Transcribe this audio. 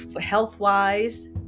health-wise